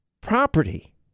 property